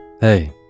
Hey